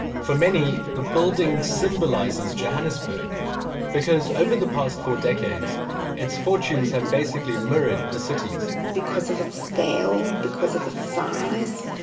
for many, the building symbolizes johannesburg because over the past four decades its fortunes have basically mirrored the cities. because of its scale, because of its ah size,